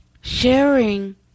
sharing